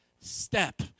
step